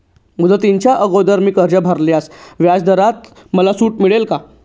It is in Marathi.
मुदतीच्या अगोदर मी कर्ज भरल्यास व्याजदरात मला सूट मिळेल का?